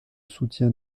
soutien